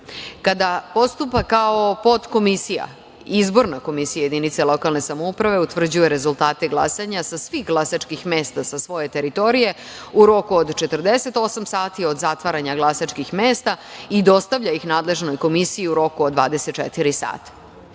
postupa kao podkomisija, izborna komisija lokalne samouprave utvrđuje rezultate glasanja sa svih glasačkih mesta sa svoje teritorije u roku od 48 sati od zatvaranja glasačkih mesta i dostavlja ih nadležnoj komisiji u roku od 24